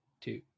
two